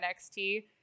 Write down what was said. NXT